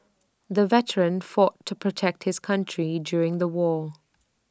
the veteran fought to protect his country during the war